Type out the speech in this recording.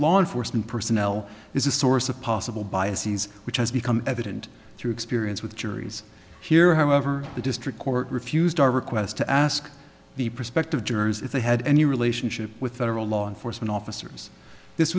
law enforcement personnel is a source of possible biases which has become evident through experience with juries here however the district court refused our requests to ask the prospective jurors if they had any relationship with federal law enforcement officers this